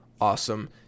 awesome